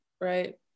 right